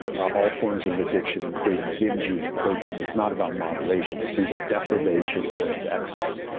all forms of addiction include binging and purging it's not about moderation. it's either deprivation or its excess.